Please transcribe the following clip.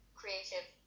creative